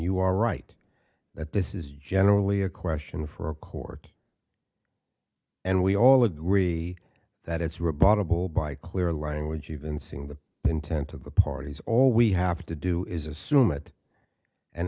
you are right that this is generally a question for a court and we all agree that it's rebuttable by clear language you can sing the intent of the parties all we have to do is assume it and